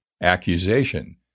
accusation